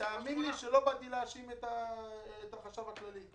בצלאל, תאמין שלא באתי להאשים את החשב הכללי.